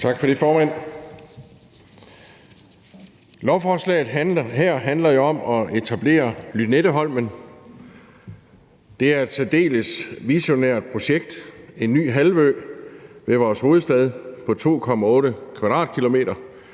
Tak for det, formand. Lovforslaget her handler jo om at etablere Lynetteholmen. Det er et særdeles visionært projekt: en ny halvø ved vores hovedstad på 2,8 km². Det er